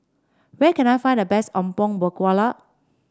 where can I find the best Apom Berkuah